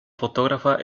fotógrafa